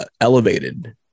elevated